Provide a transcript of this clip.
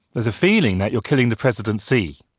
there's a feeling that you are killing the presidency.